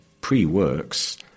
pre-works